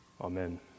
Amen